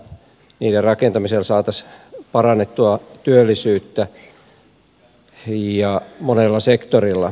niiden rakentamisella saataisiin parannettua työllisyyttä monella sektorilla